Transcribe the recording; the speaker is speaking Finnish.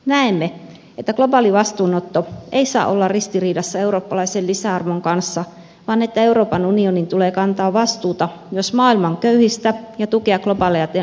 näemme että globaali vastuunotto ei saa olla ristiriidassa eurooppalaisen lisäarvon kanssa vaan että euroopan unionin tulee kantaa vastuuta myös maailman köyhistä ja tukea globaaleja demokratiaprosesseja